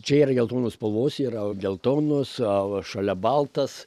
čia ir geltonos spalvos yra geltonos šalia baltas